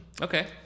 okay